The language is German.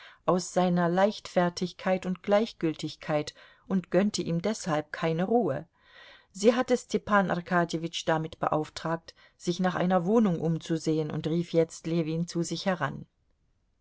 aus seiner leichtfertigkeit und gleichgültigkeit und gönnte ihm deshalb keine ruhe sie hatte stepan arkadjewitsch damit beauftragt sich nach einer wohnung umzusehen und rief jetzt ljewin zu sich heran